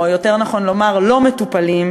או יותר נכון לומר לא מטופלים,